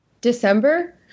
December